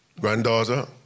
Granddaughter